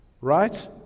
Right